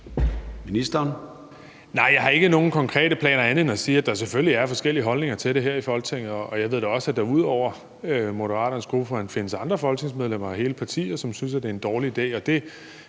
jeg har ikke nogen konkrete planer andet end at sige, at der selvfølgelig er forskellige holdninger til det her i Folketinget. Jeg ved da også, at der ud over Moderaternes gruppeformand findes andre folketingsmedlemmer og hele partier, som synes, det er en dårlig idé,